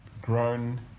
grown